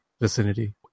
vicinity